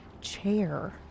chair